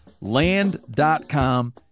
Land.com